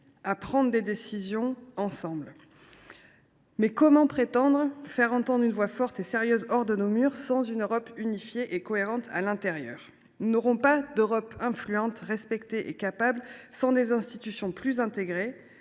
à prendre des décisions ensemble. Comment prétendre faire entendre une voix forte et sérieuse hors de nos murs, sans une Europe unifiée et cohérente à l’intérieur ? Il n’y aura pas d’Europe influente, respectée et capable sans des institutions plus intégrées,